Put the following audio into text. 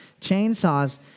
chainsaws